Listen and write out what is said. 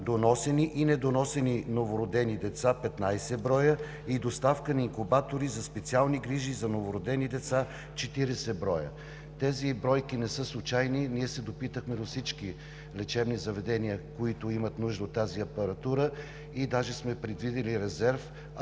доносени и недоносени новородени деца – 15 броя, и доставка на инкубатори за специални грижи за новородени деца – 40 броя. Тези бройки не са случайни. Ние се допитахме до всички лечебни заведения, които имат нужда от тази апаратура и даже сме предвидили резерв, ако